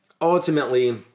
Ultimately